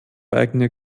eigene